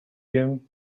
him